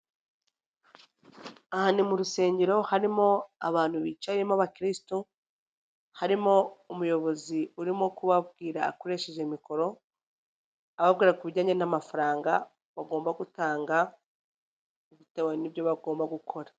Aha ni mu rusengero, harimo abantu bicayemo abakiristo. Harimo umuyobozi urimo kubabwira akoresheje mikoro. Ababwira ku bijyanye n'amafaranga bagomba gutanga bitewe n'ibyo bagomba gukora.